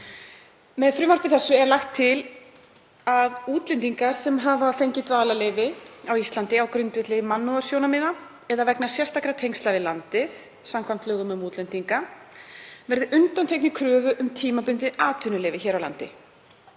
Með frumvarpi þessu er lagt til að útlendingar sem hafa fengið dvalarleyfi á Íslandi á grundvelli mannúðarsjónarmiða eða vegna sérstakra tengsla við landið samkvæmt lögum um útlendinga verði undanþegnir kröfu um tímabundið atvinnuleyfi hér á landi